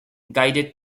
guided